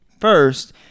first